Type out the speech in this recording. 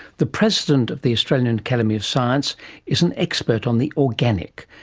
the president of the australian academy of science is an expert on the organic.